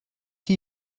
hier